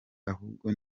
ahubwo